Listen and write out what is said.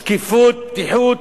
שקיפות, פתיחות.